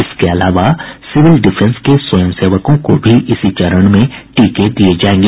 इसके अलावा civil defence के स्वयंसेवकों को भी इसी चरण में टीका दिया जायेगा